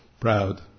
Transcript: Proud